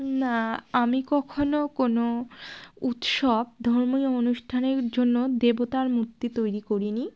না আমি কখনও কোনো উৎসব ধর্মীয় অনুষ্ঠানের জন্য দেবতার মূর্তি তৈরি করিনি